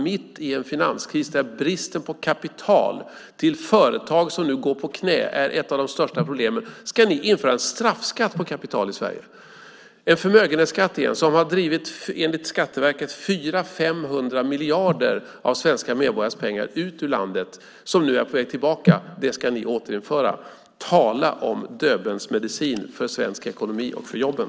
Mitt i en finanskris, där bristen på kapital till företag som nu går på knä är ett av de största problemen, ska ni införa en straffskatt på kapital i Sverige. Förmögenhetsskatten har enligt Skatteverket drivit mellan 400 och 500 miljarder av svenska medborgares pengar ut ur landet, men de är nu på väg tillbaka. Det ska ni återinföra. Tala om döbelnsmedicin för svensk ekonomi och för jobben!